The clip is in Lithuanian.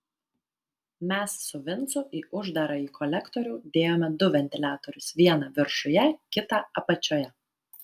mes su vincu į uždarąjį kolektorių dėjome du ventiliatorius vieną viršuje kitą apačioje